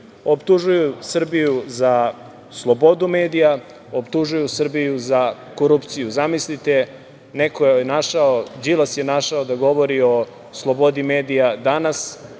Optužuju Srbiju za slobodu medija, optužuju Srbiju za korupciju. Zamislite, Đilas je našao da govori o slobodi medija danas,